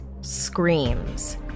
screams